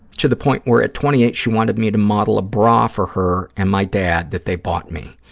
to the point where at twenty eight she wanted me to model a bra for her and my dad that they bought me.